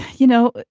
you know,